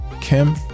Kim